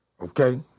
Okay